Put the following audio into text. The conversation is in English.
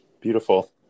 Beautiful